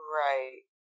right